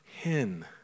hen